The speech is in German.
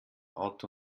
auto